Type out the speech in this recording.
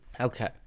Okay